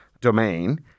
domain